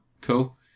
Cool